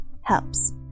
helps